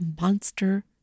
monster